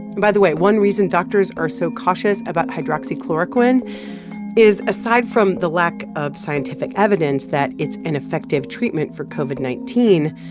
by the way, one reason doctors are so cautious about hydroxychloroquine is aside from the lack of scientific evidence that it's an effective treatment for covid nineteen,